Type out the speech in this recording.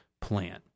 plant